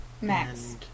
Max